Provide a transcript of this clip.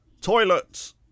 Toilets